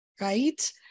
right